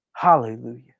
Hallelujah